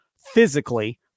physically